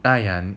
大眼